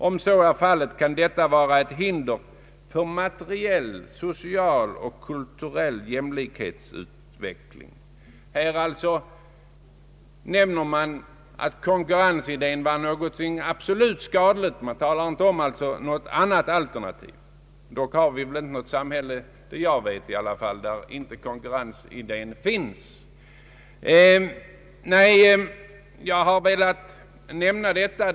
Om så är fallet kan detta vara ett hinder för materiell, social och kulturell jämlikhetsutveckling.” Här nämns alltså att konkurrensidén är någonting absolut skadligt, och det talas inte om något annat alternativ. Vad jag vet existerar det väl dock inte något samhälle där inte konkurrensidén finns i tillämpning.